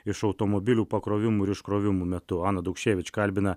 iš automobilių pakrovimų iškrovimų metu ana daukševič kalbina